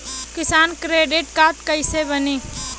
किसान credit card कइसे बानी?